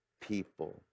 people